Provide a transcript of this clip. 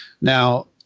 Now